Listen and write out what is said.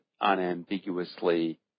unambiguously